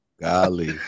Golly